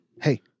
Hey